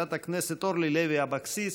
חברת הכנסת אורלי לוי אבקסיס.